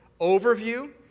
overview